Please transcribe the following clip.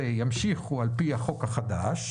- ימשיכו על פי החוק החדש.